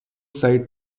side